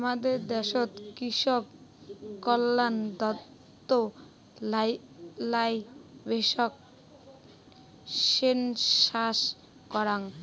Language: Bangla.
হামাদের দ্যাশোত কৃষিকল্যান দপ্তর লাইভস্টক সেনসাস করাং